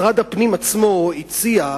משרד הפנים עצמו הציע,